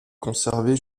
conservée